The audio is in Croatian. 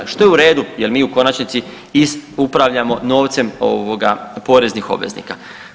Što je u redu jer mi u konačnici i upravljamo novcem ovoga poreznih obveznika.